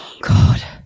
God